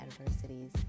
adversities